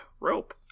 Rope